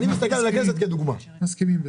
אנחנו מסכימים לזה.